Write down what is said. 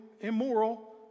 immoral